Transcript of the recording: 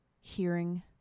hearing